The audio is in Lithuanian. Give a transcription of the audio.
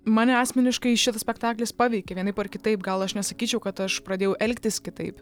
mane asmeniškai šitas spektaklis paveikė vienaip ar kitaip gal aš nesakyčiau kad aš pradėjau elgtis kitaip